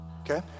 okay